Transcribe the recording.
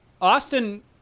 austin